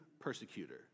persecutor